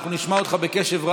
אנחנו נשמע אותך בקשב רב.